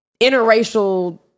interracial